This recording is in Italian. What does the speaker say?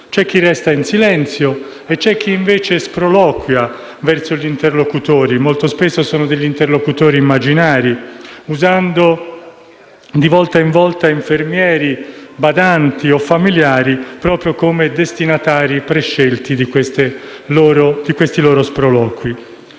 c'è chi resta in silenzio e c'è chi invece sproloquia verso i suoi interlocutori, molto spesso immaginari, usando di volta in volta infermieri, badanti o familiari come destinatari prescelti di questi loro sproloqui.